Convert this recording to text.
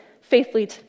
faithfully